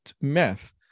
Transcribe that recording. math